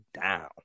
down